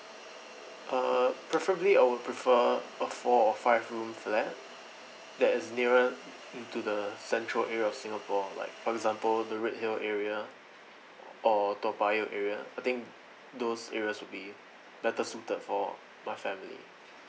uh preferably I would prefer a four or five room flat that is nearer into the central area of singapore like for example the redhill area or toa payoh area I think those areas would be better suited for my family